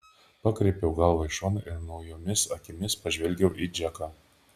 pakreipiau galvą į šoną ir naujomis akimis pažvelgiau į džeką